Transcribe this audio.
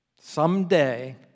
someday